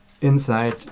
inside